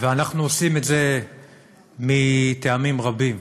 ואנחנו עושים את זה מטעמים רבים.